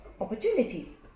opportunity